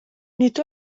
nid